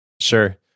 Sure